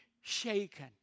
shaken